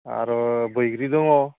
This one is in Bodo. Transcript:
आरो बैग्रि दङ